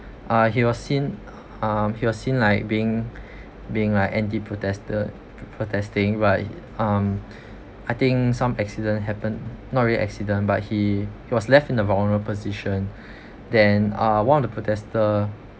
uh he was seen um he was seen like being being like anti-protester protesting but um I think some accident happen not really accident but he he was left in a vulnerable position then uh one of the protester